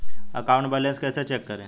Account balance कैसे check करें?